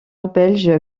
belge